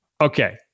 Okay